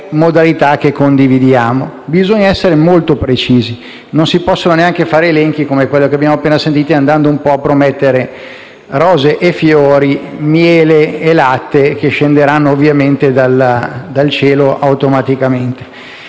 modalità che condividiamo. Bisogna essere molto precisi, non si possono fare elenchi come quelli che abbiamo appena sentito, andando a promettere rose e fiori, miele e latte che scenderanno dal cielo automaticamente.